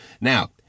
now